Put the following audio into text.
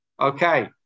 Okay